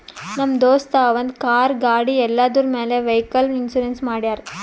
ನಮ್ ದೋಸ್ತ ಅವಂದ್ ಕಾರ್, ಗಾಡಿ ಎಲ್ಲದುರ್ ಮ್ಯಾಲ್ ವೈಕಲ್ ಇನ್ಸೂರೆನ್ಸ್ ಮಾಡ್ಯಾರ್